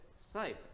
safe